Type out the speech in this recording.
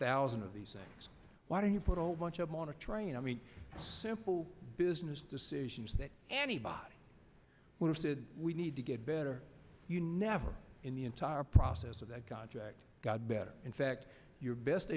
thousand of these why do you put a whole bunch of on a train i mean simple business decisions that anybody would have said we need to get better you never in the entire process of that contract got better in fact your best